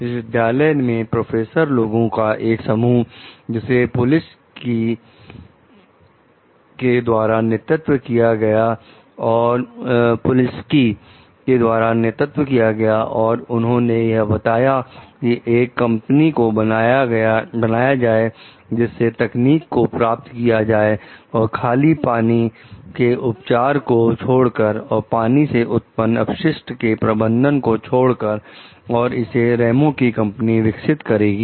विश्वविद्यालय में प्रोफेसर लोगों का एक समूह जिसे पुलिस की के द्वारा नेतृत्व किया गया और उन्होंने यह बताया कि एक कंपनी को बनाया जाए जिससे तकनीक को प्राप्त किया जाए और खाली पानी के उपचार को छोड़कर और पानी से उत्पन्न अपशिष्ट के प्रबंधन को छोड़कर और इसे रेमो की कंपनी विकसित करेगी